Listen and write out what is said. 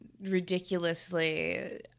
ridiculously